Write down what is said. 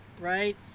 right